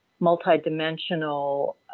multidimensional